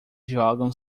jogam